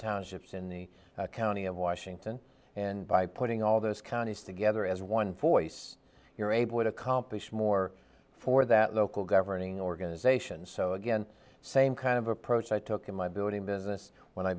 townships in the county of washington and by putting all those counties together as one voice you're able to accomplish more for that local governing organization so again same kind of approach i took in my building business when i